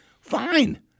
Fine